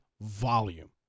volume